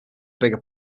bigger